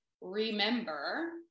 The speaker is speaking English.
remember